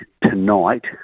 tonight